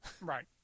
Right